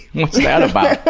what's that about?